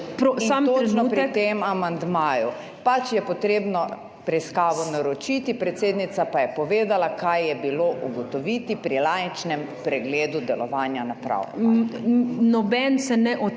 In točno pri tem amandmaju. Pač je potrebno preiskavo naročiti, predsednica pa je povedala, kaj je bilo ugotoviti pri laičnem pregledu delovanja naprav. **PREDSEDNICA MAG.